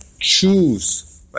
choose